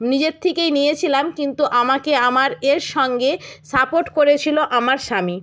নিজের থেকেই নিয়েছিলাম কিন্তু আমাকে আমার এর সঙ্গে সাপোর্ট করেছিলো আমার স্বামী